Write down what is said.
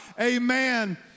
amen